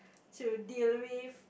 to deal with